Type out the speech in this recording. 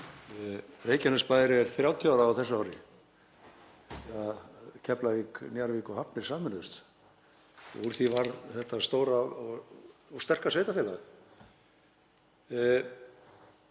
Reykjanesbær er 30 ára á þessu ári, eftir að Keflavík, Njarðvík og Hafnir sameinuðust. Úr því varð þetta stóra og sterka sveitarfélag.